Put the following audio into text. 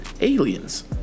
aliens